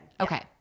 Okay